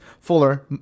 Fuller